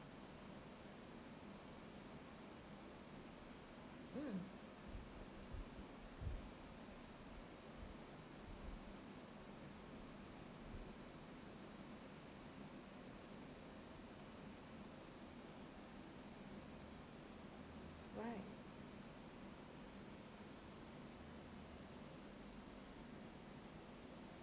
mm right